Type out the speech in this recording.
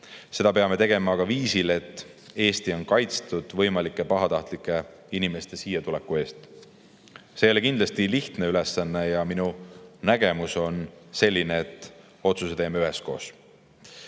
Seda peame tegema aga viisil, et Eesti oleks kaitstud võimalike pahatahtlike inimeste siiatuleku eest. See ei ole kindlasti lihtne ülesanne. Minu nägemus on selline, et otsuse teeme üheskoos.